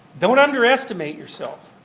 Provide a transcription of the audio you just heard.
don't underestimate yourself.